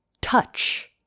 touch